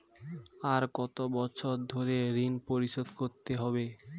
আর কত বছর ধরে ঋণ পরিশোধ করতে হবে?